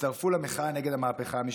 הצטרפו למחאה נגד המהפכה המשפטית,